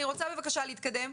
אני רוצה, בבקשה, להתקדם.